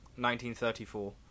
1934